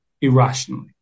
irrationally